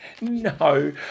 No